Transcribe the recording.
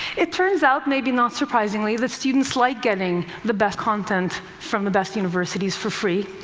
it turns out, maybe not surprisingly, that students like getting the best content from the best universities for free.